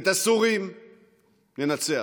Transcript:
את הסורים ננצח,